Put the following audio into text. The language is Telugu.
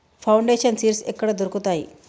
ఫౌండేషన్ సీడ్స్ ఎక్కడ దొరుకుతాయి?